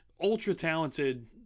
ultra-talented